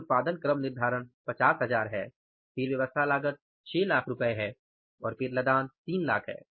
यह उत्पादन क्रम निर्धारण 50000 है फिर व्यवस्था लागत 600000 है और फिर लदान 300000 है